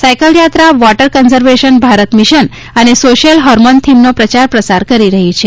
સાયક્લયાત્રા water conservation Bharat mission અને social harmony થીમનો પ્રચાર પ્રસાર કરી રહી છે